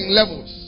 levels